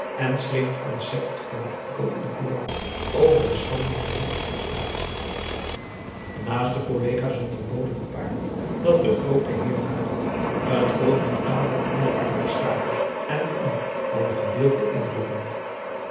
en schreef het concept voor een artikel in de courant over de schandelijke dienstprestatie de naaste collega zond een bode te paard dat de groote heer naderde het volk moest dadelijk allen arbeid staken en kon voor een gedeelte inrukken